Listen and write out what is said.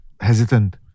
hesitant